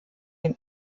den